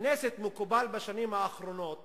בכנסת מקובל בשנים האחרונות